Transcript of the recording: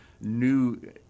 new